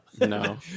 no